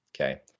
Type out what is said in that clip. Okay